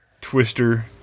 twister